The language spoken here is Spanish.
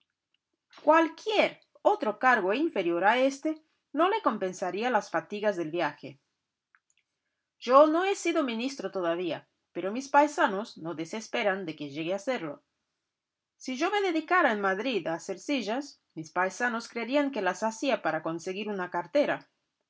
cualquier otro cargo inferior a éste no le compensaría de las fatigas del viaje yo no he sido ministro todavía pero mis paisanos no desesperan de que llegue a serlo si yo me dedicara en madrid a hacer sillas mis paisanos creerían que las hacía para conseguir una cartera